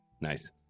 Nice